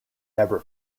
never